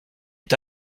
est